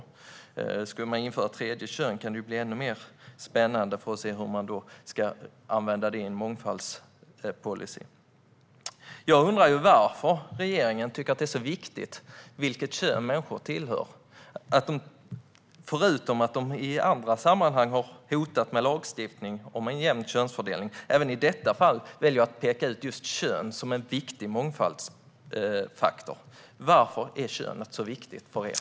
Om man skulle införa ett tredje kön kan det bli ännu mer spännande att se hur man ska använda detta i en mångfaldspolicy. Jag undrar varför regeringen tycker att det är så viktigt vilket kön människor tillhör att man förutom att i andra sammanhang har hotat med lagstiftning om en jämn könsfördelning även i detta fall väljer att peka ut kön som en viktig mångfaldsfaktor. Varför är kön så viktigt för er?